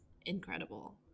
incredible